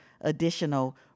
additional